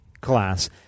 class